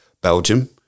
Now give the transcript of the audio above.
Belgium